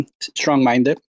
strong-minded